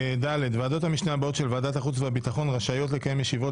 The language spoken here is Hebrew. (ד)ועדות המשנה הבאות של ועדת החוץ והביטחון רשאיות לקיים ישיבות